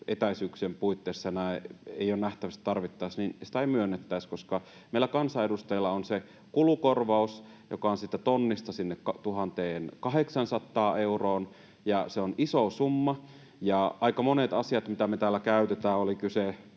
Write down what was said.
etäisyyksien puitteissa ei ole nähtävissä, että tarvittaisiin, niin sitä ei myönnettäisi, koska meillä kansanedustajilla on se kulukorvaus, joka on siitä tonnista sinne 1 800 euroon, ja se on iso summa. Aika monet asiat, mitä me täällä käytetään, oli kyse